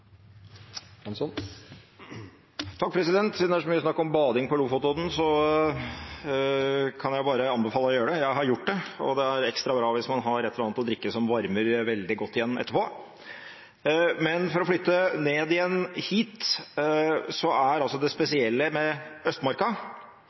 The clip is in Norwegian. snakk om bading på Lofotodden, kan jeg bare anbefale å gjøre det. Jeg har gjort det, og det er ekstra bra hvis man har et eller annet å drikke som varmer veldig godt etterpå. Men for å flytte ned igjen hit, så er altså det